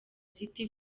city